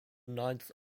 ninth